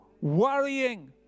worrying